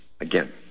again